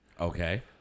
Okay